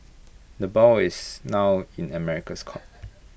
the ball is now in America's court